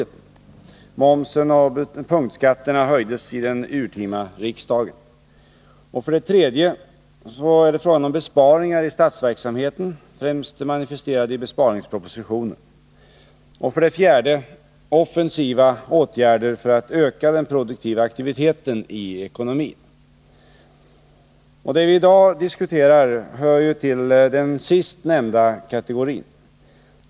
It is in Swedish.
3. Besparingar i statsverksamheten, främst manifesterade i besparingspropositionen. 4. Offensiva åtgärder för att öka den produktiva aktiviteten i ekonomin. Det vi i dag diskuterar hör till den sist nämnda kategorin.